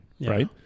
right